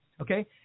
Okay